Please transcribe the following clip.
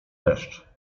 deszcz